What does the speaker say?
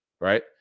right